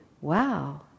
Wow